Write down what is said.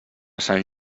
sant